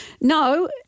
No